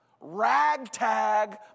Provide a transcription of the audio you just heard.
ragtag